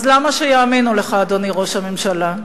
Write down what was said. אז למה שיאמינו לך, אדוני ראש הממשלה?